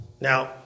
Now